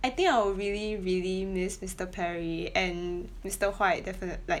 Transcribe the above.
I think I will really really miss mister Perry and mister White definite like